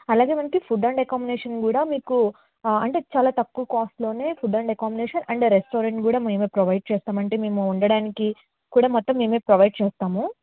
అలాగే మనకు food and accommodation కూడా మీకు అంటే చాలా తక్కువ కాస్ట్లో food and accommodation and restaurant కూడా మేమే ప్రొవైడ్ చేస్తాం అంటే మేము ఉండడానికి మొత్తం మేమే ప్రొవైడ్ చేస్తాము